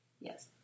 yes